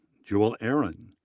juel aaron,